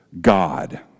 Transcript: God